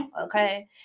Okay